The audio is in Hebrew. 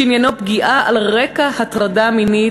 שעניינו פגיעה על רקע הטרדה מינית,